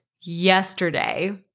yesterday